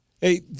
Hey